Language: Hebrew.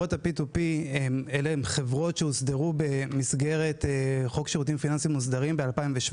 אלו הן חברות שהוסדרו במסגרת חוק שירותים פיננסיים מוסדרים ב-2017,